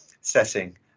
setting